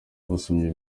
abasomyi